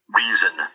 reason